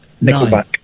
Nine